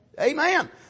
Amen